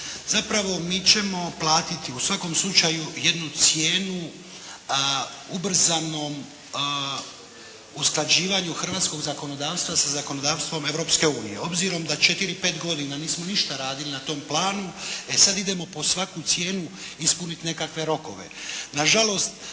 Zapravo mi ćemo platiti, u svakom slučaju jednu cijenu ubrzanom usklađivanju hrvatskog zakonodavstva za zakonodavstvom Europske unije. Obzirom da 4, 5 godina nismo ništa radili na tom planu, e sad idemo po svaku cijenu ispuniti nekakve rokove.